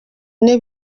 ine